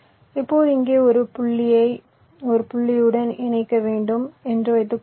இப்போது இங்கே ஒரு புள்ளியை ஒரு புள்ளியுடன் இணைக்க வேண்டும் என்று வைத்துக்கொள்வோம்